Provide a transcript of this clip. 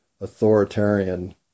authoritarian